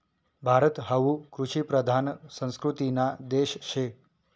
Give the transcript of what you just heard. भारत हावू कृषिप्रधान संस्कृतीना देश शे